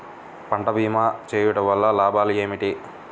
పంట భీమా చేయుటవల్ల లాభాలు ఏమిటి?